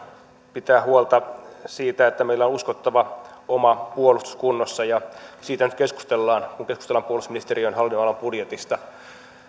pitää huolta siitä että meillä on uskottava oma puolustus kunnossa ja siitä nyt keskustellaan kun keskustellaan puolustusministeriön hallinnonalan budjetista